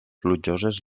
plujoses